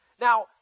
Now